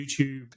youtube